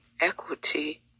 equity